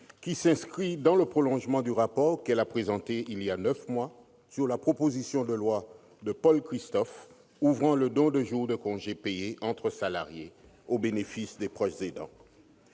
qui s'inscrit dans le prolongement du rapport qu'elle a présenté il y a neuf mois sur la proposition de loi de Paul Christophe ouvrant le don de jours de congé payés entre salariés au bénéfice des proches aidants.